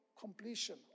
completion